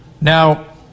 now